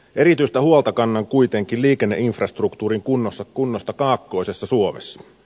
erityistä huolta kannan kuitenkin liikenneinfrastruktuurin kunnosta kaakkoisessa suomessa